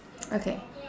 okay